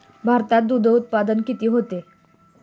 भारतात दुग्धउत्पादन किती होते?